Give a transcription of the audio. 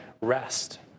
rest